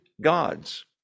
gods